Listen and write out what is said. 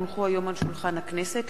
כי הונחה היום על שולחן הכנסת,